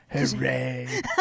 Hooray